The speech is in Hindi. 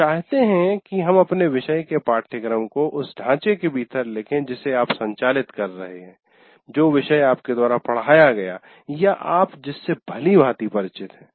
हम चाहते हैं कि आप अपने विषय के पाठ्यक्रम को उस ढांचे के भीतर लिखें जिसे आप संचालित कर रहे हैं जो विषय आपके द्वारा पढाया गया या आप जिससे भलीभांति परिचित हैं